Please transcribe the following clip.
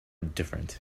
different